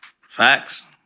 Facts